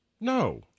No